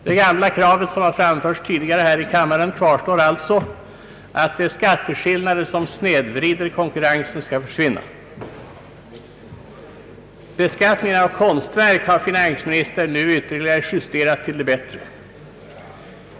Det gamla kravet, som framförts tidigare här i kammaren, kvarstår alltså, nämligen att de skatteskillnader som snedvrider konkurrensen skall försvin. na. Beskattningen av konstverk har finansministern nu ytterligare justerat till det bättre.